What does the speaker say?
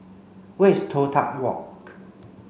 where is Toh Tuck Walk